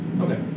okay